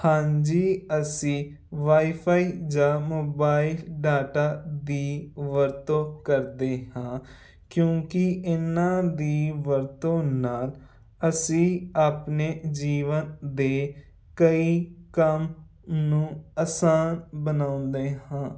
ਹਾਂਜੀ ਅਸੀਂ ਵਾਈਫਾਈ ਜਾਂ ਮੋਬਾਇਲ ਡਾਟਾ ਦੀ ਵਰਤੋਂ ਕਰਦੇ ਹਾਂ ਕਿਉਂਕਿ ਇਹਨਾਂ ਦੀ ਵਰਤੋਂ ਨਾਲ ਅਸੀਂ ਆਪਣੇ ਜੀਵਨ ਦੇ ਕਈ ਕੰਮ ਨੂੰ ਅਸਾਨ ਬਣਾਉਂਦੇ ਹਾਂ